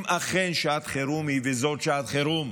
אם אכן שעת חירום היא, וזאת שעת חירום,